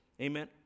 Amen